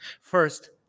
First